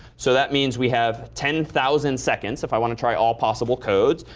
so that means we have ten thousand seconds if i want to try all possible codes.